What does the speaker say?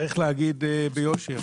צריך להגיד ביושר